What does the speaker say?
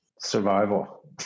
survival